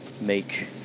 make